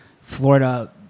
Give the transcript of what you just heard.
Florida